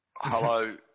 hello